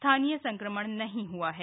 स्थानीय संक्रमण नहीं ह्आ है